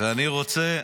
ואני רוצה --- לא.